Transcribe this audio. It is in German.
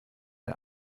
der